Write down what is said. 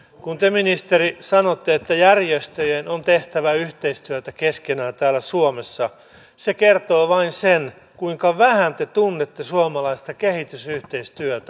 kun te ministeri sanotte että järjestöjen on tehtävä yhteistyötä keskenään täällä suomessa se kertoo vain sen kuinka vähän te tunnette suomalaista kehitysyhteistyötä